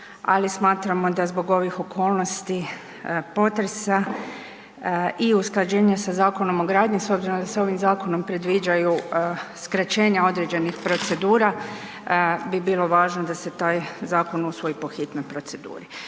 ali smatramo da zbog ovih okolnosti potresa i usklađenje sa Zakonom o gradnji s obzirom da se ovim zakonom predviđaju skraćenja određenih procedura bi bilo važno da se taj zakon usvoji po hitnoj proceduri.